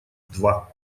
два